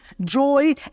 joy